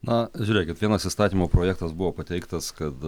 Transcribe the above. na žiūrėkit vienas įstatymo projektas buvo pateiktas kad